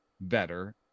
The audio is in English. better